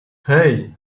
hey